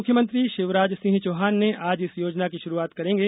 मुख्यमंत्री शिवराज सिंह चौहान आज इस योजना की शुरूआत करेंगे